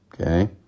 okay